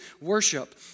worship